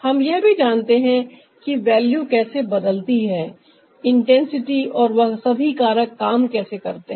हम यह भी जानते हैं कि वैल्यू कैसे बदलती है इंटेंसिटी और वह सभी कारक काम कैसे करते हैं